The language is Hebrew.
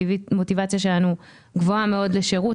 המוטיבציה שלנו גבוהה מאוד לשירות.